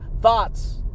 thoughts